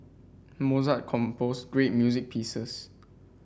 Mozart composed great music pieces